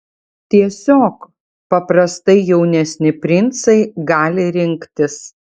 tiesiog paprastai jaunesni princai gali rinktis